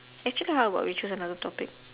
actually how about we choose another topic